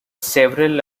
several